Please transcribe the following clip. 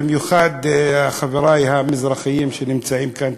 במיוחד חברי המזרחים שנמצאים כאן,